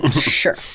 Sure